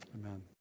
amen